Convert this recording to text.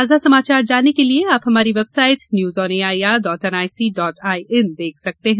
ताजा समाचार जानने के लिए आप हमारी website news on A I R dot N I C dot I N देख सकते हैं